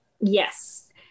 Yes